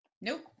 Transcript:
Nope